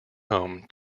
home